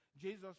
jesus